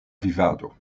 vivado